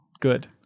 Good